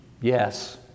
yes